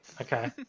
Okay